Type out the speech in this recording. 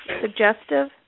suggestive